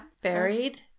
Buried